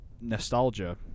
nostalgia